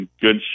good